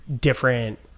different